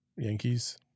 Yankees